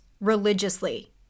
religiously